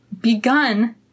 begun